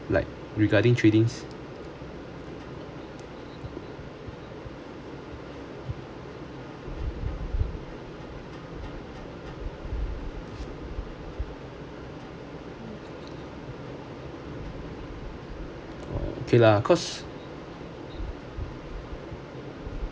like regarding trading oh okay lah because